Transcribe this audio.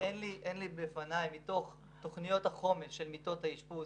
אין בפניי את תוכניות החומש של מיטות האשפוז